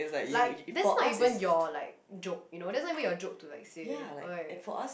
like this not even your like joke you know this is not even your joke to like say alright